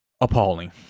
appalling